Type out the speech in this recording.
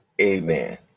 amen